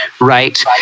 Right